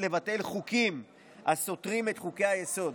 לבטל חוקים הסותרים את חוקי-היסוד.